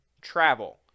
travel